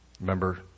Remember